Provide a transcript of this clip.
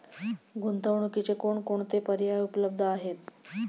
गुंतवणुकीचे कोणकोणते पर्याय उपलब्ध आहेत?